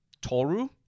Toru